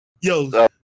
Yo